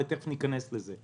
ותכף ניכנס לזה.